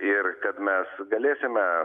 ir kad mes galėsime